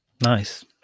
Nice